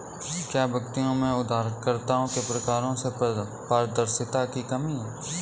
क्या व्यक्तियों में उधारकर्ताओं के प्रकारों में पारदर्शिता की कमी है?